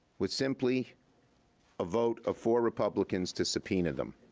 with simply a vote of four republicans to subpoena them.